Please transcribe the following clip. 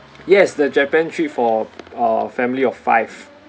yes the japan trip for a family of five